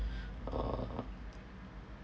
uh